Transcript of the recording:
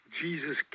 Jesus